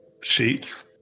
sheets